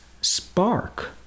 spark